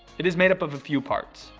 it is made up of a few parts.